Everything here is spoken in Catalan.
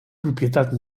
propietat